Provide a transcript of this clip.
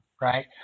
Right